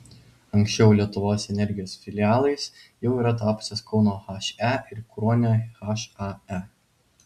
anksčiau lietuvos energijos filialais jau yra tapusios kauno he ir kruonio hae